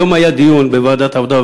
היום היה דיון בוועדת העבודה,